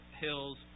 hills